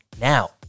now